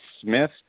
Smith